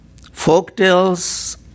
folktales